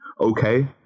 okay